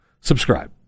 Subscribe